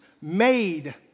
made